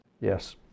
yes